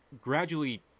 gradually